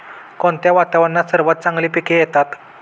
कोणत्या वातावरणात सर्वात चांगली पिके येतात?